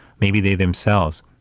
maybe they themselves,